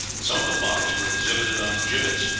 some of the bodies were exhibited on gibbets,